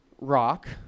rock